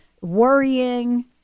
worrying